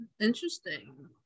Interesting